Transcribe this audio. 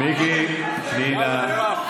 מיקי, פנינה.